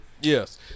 Yes